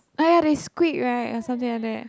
ah ya they squeak right or something like that